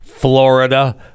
Florida